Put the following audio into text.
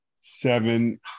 seven